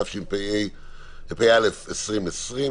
התשפ"א 2020,